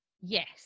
yes